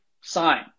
sign